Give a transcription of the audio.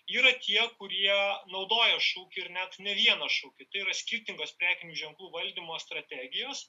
yra tie kurie naudoja šūkį ir net ne vieną šūkį tai yra skirtingos prekinių ženklų valdymo strategijos